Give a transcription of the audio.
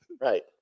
Right